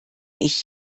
ich